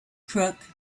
crook